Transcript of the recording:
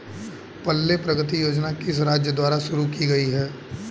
पल्ले प्रगति योजना किस राज्य द्वारा शुरू की गई है?